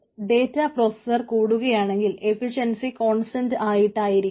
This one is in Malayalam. അപ്പോൾ ഡേറ്റപ്രോസസർ കൂട്ടുകയാണെങ്കിൽ എഫിഷ്യൻസി കോൺസ്റ്റന്റ് ആയിട്ടിരിക്കും